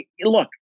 look